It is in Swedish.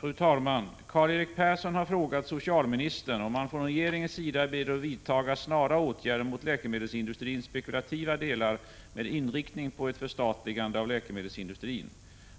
Fru talman! Karl-Erik Persson har frågat socialministern om man från regeringens sida är beredd att vidta snara åtgärder mot läkemedelsindustrins spekulativa delar med inriktning på ett förstatligande av läkemedelsindustrin.